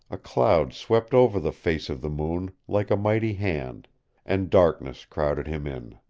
a cloud swept over the face of the moon like a mighty hand and darkness crowded him in.